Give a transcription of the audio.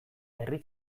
herri